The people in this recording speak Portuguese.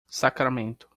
sacramento